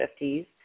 50s